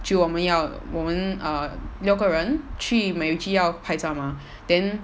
就我们要我们 err 六个人去 macritchie 要拍照 mah then